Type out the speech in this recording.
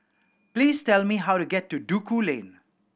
please tell me how to get to Duku Lane